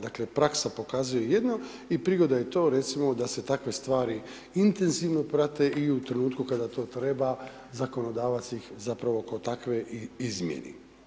Dakle, praksa pokazuje jedno i prigoda je to recimo, da se takve stvari intenzivno prate i u trenutku kada to treba zakonodavac ih zapravo kao takve i izmijeni.